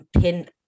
pin